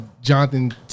Jonathan